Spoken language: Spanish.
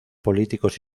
políticos